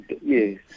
Yes